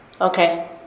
Okay